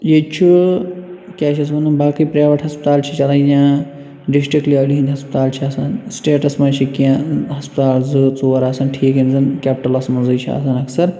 ییٚتہِ چھُ کیٛاہ چھِ اَتھ وَنان باقٕے پرٛایویٹ ہَسپتال چھِ چلان یا ڈِسٹِرٛک لیولہِ ہنٛدۍ ہَسپتال چھِ آسان سِٹیٹَس منٛز چھِ کیٚنٛہہ ہَسپتال زٕ ژور آسان ٹھیٖک یِم زَن کیٚپٹٕلَس منٛزٕے چھِ آسان اکثر